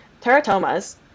teratomas